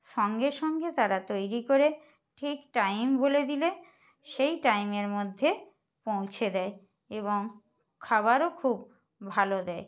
সঙ্গে সঙ্গে তারা তৈরি করে ঠিক টাইম বলে দিলে সেই টাইমের মধ্যে পৌঁছে দেয় এবং খাবারও খুব ভালো দেয়